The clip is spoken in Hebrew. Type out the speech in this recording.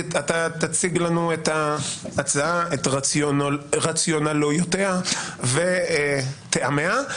תציג לנו את ההצעה, את הרציונל שלה ואת טעמיה.